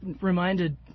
reminded